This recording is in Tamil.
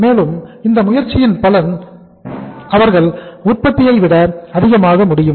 மேலும் இந்த முயற்சியின் பலன் அவர்கள் உற்பத்தியை விட அதிகமாக முடியும்